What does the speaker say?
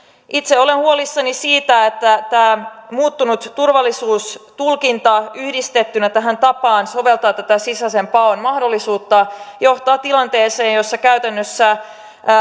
itse olen huolissani siitä että tämä muuttunut turvallisuustulkinta yhdistettynä tähän tapaan soveltaa tätä sisäisen paon mahdollisuutta johtaa tilanteeseen jossa käytännössä